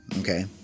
Okay